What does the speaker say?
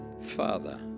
Father